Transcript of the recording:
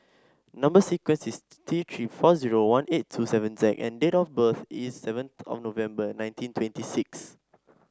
number sequence is T Three four zero one eight two seven Z and date of birth is seventh of November nineteen twenty six